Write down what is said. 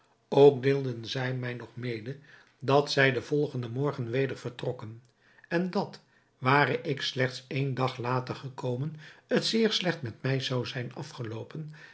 ook deelden zij mij nog mede dat zij den volgenden morgen weder vertrokken en dat ware ik slechts één dag later gekomen het zeer slecht met mij zou zijn afgeloopen